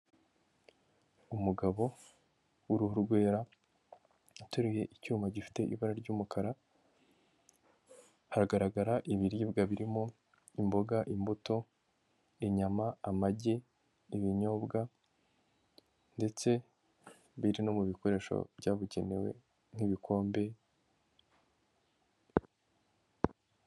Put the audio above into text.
Umugabo w'uruhu rwera uteruye icyuma gifite ibara ry'umukara, haragaragara ibiribwa birimo imboga, imbuto, inyama, amagi, ibinyobwa ndetse biri no mu bikoresho byabugenewe nk'ibikombe...